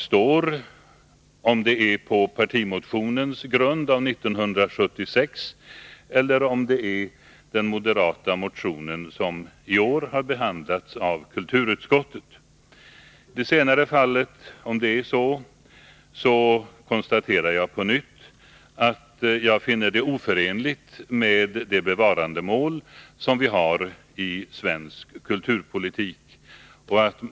Frågan är om de ställer sig bakom partimotionen från 1976 eller bakom den moderatmotion som i år har behandlats av kulturutskottet. Om det senare är fallet, konstaterar jag på nytt att jag finner det oförenligt med de bevarandemål som vi har i svensk kulturpolitik.